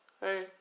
hey